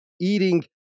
eating